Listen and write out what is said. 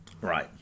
right